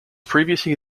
previously